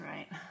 Right